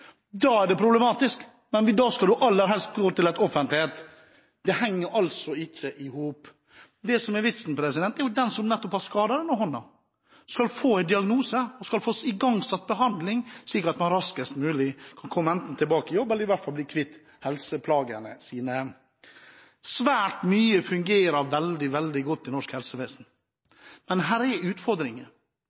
da skal videre og skal ta et røntgenbilde, er det altså enkelte i denne salen som er bekymret for at hvis du kommer til et privat røntgeninstitutt, er det problematisk, du skal aller helst gå til et offentlig et. Det henger ikke i hop! Det som er viktig, er at den som nettopp har skadet hånden, skal få en diagnose og få igangsatt behandlingen, slik at man raskest mulig kan komme enten tilbake i jobb eller i hvert fall bli kvitt helseplagene sine. Svært mye fungerer